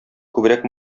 күбрәк